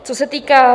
Co se týká...